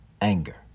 anger